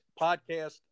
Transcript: podcast